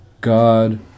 God